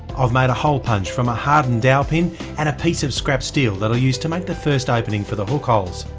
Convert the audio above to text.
made a hole punch from a hardened dowel pin and a piece of scrap steel that i'll use to make the first opening for the hook holes,